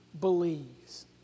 believes